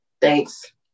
Thanks